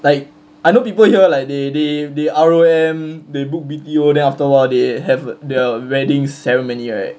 like I know people here like they they they R_O_M they book B_T_O then after a while they have their wedding ceremony right